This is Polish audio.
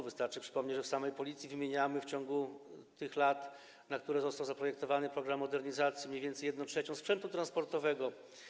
Wystarczy przypomnieć, że w samej Policji wymieniamy w ciągu tych lat, na które został zaprojektowany program modernizacji, mniej więcej 1/3 sprzętu transportowego.